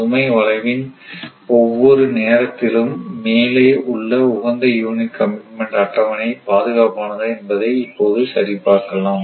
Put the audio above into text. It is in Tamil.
சுமை வளைவின் ஒவ்வொரு நேரத்திலும் மேலே உள்ள உகந்த யூனிட் கமிட்மென்ட் அட்டவணை பாதுகாப்பானதா என்பதை இப்போது சரிபார்க்கலாம்